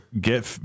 get